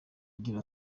agira